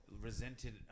resented